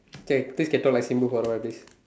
okay still can talk like Simbu for a while please